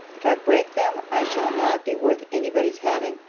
if i break them, i shall not be worth any body's having.